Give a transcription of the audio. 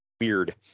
Weird